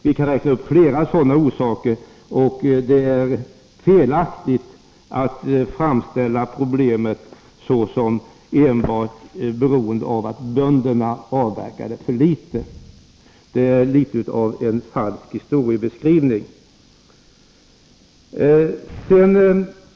Vi kan räkna upp flera orsaker, och det är felaktigt att framställa problemet såsom enbart beroende av att bönderna avverkade för litet. Det är litet av falsk historieskrivning.